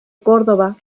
córdoba